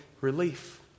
relief